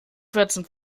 fetzen